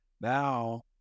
now